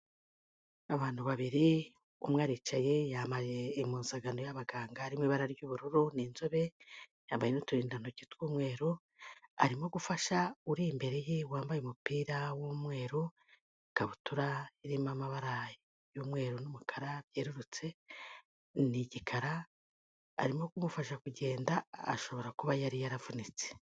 Abantu babiri umwe aricaye, yambaye impuzankano y'abaganga harimo ibara ry'ubururu, ni inzobe, yambaye n'uturindantoki tw'umweru, arimo gufasha uri imbere ye wambaye umupira w'umweru n'ikabutura irimo amabara y'umweru n'umukara byerurutse, ni igikara, arimo kumufasha kugenda ashobora kuba yari yaravunitse.